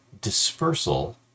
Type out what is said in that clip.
dispersal